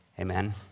Amen